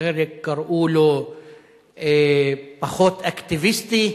חלק קראו לו פחות אקטיביסטי,